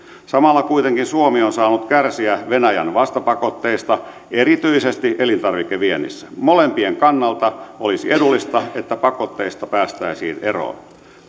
samalla kuitenkin suomi on saanut kärsiä venäjän vastapakotteista erityisesti elintarvikeviennissä molempien kannalta olisi edullista että pakotteista päästäisiin eroon